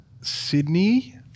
Sydney